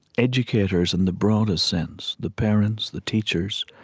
educators in the broadest sense the parents, the teachers.